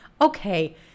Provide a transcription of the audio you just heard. Okay